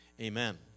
Amen